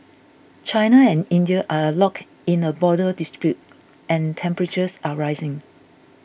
China and India are locked in a border dispute and temperatures are rising